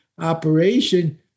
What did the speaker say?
operation